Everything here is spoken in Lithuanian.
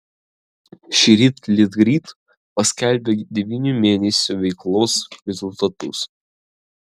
šįryt litgrid paskelbė devynių mėnesių veiklos rezultatus